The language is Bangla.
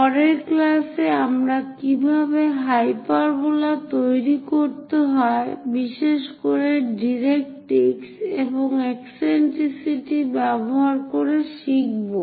পরের ক্লাসে আমরা কিভাবে হাইপারবোলা তৈরি করতে হয় বিশেষ করে ডাইরেক্ট্রিক্স এবং ইসেন্ট্রিসিটি ব্যবহার করে শিখব